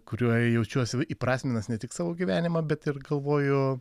kurioj jaučiuosi įprasminęs ne tik savo gyvenimą bet ir galvoju